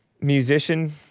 musician